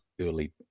early